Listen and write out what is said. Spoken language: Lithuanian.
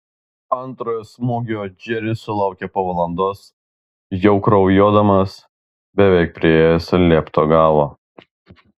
antrojo smūgio džeris sulaukė po valandos jau kraujuodamas beveik priėjęs liepto galą